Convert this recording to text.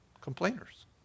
Complainers